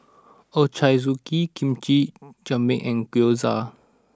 Ochazuke Kimchi Jjigae and Gyoza